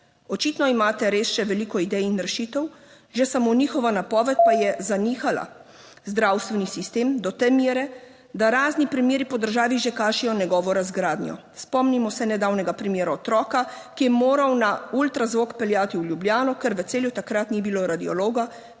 imate res še veliko idej in rešitev, že samo njihova napoved pa je / znak za konec razprave/ zanihala. Zdravstveni sistem do te mere, da razni primeri po državi že kršijo(?) njegovo razgradnjo. Spomnimo se nedavnega primera otroka, ki je moral na ultrazvok peljati v Ljubljano, ker v Celju takrat ni bilo radiologa,